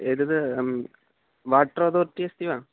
एतत् water authority अस्ति वा